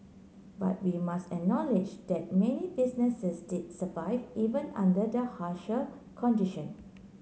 but we must acknowledge that many businesses did survive even under the harsher condition